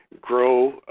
grow